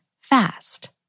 fast